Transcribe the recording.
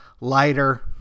lighter